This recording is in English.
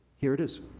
here it is.